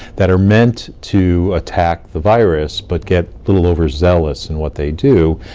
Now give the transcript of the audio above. that are meant to attack the virus, but get little overzealous in what they do,